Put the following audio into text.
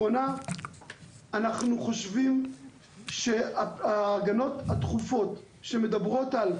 בשביל שההגנות הדחופות שמדברות על גידור,